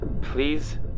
Please